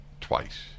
twice